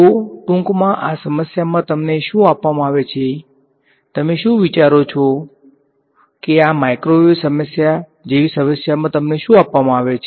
તો ટૂંકમાં આ સમસ્યામાં તમને શું આપવામાં આવે છે તમે શું વિચારો છો કે આ માઇક્રોવેવ સમસ્યા જેવી સમસ્યામાં તમને શું આપવામાં આવે છે